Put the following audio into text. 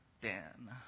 Dan